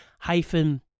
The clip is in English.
Hyphen